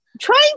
Trying